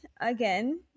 again